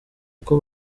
uko